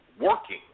working